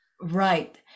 right